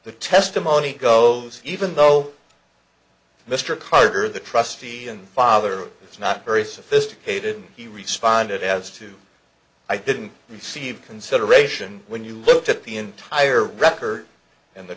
the testimony goes even though mr carter the trustee and father it's not very sophisticated he responded as to i didn't receive consideration when you looked at the entire record in the